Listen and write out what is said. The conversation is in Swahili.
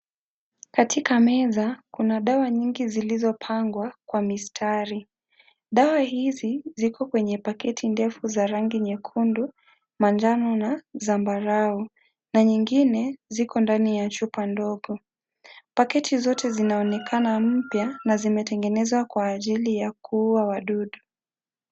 Katika meza kuna dawa nyingi zilizopangwa kwa mistari. Dawa hizi ziko kwenye paketi ndefu za rangi nyekundu, manjano na zambarau, na nyingine ziko ndani ya chupa ndogo. Paketi zote zinaonekana mpya na zimetengenezwa kwa ajili ya kuua wadudu.